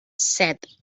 set